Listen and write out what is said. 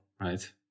right